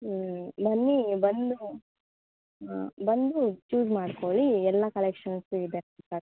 ಹ್ಞೂ ಬನ್ನಿ ಬಂದು ಬಂದು ಚೂಸ್ ಮಾಡ್ಕೊಳ್ಳಿ ಎಲ್ಲ ಕಲೆಕ್ಷನ್ಸು ಇದೆ ಸರ್